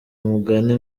umugani